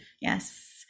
yes